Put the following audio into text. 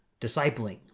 discipling